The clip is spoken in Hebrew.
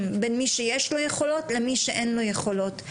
בין מי שיש לו יכולות למי שאין לו יכולות,